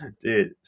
Dude